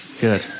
good